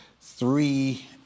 three